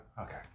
Okay